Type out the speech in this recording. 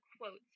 quotes